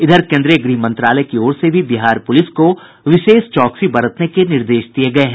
इधर केन्द्रीय गृह मंत्रालय की ओर से भी बिहार पुलिस को विशेष चौकसी बरतने के निर्देश दिये गये हैं